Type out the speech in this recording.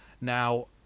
Now